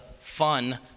fun